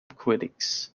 critics